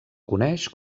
coneix